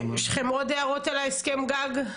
יש לכם עוד הערות על הסכם הגג?